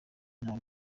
ntabyo